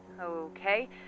Okay